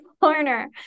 corner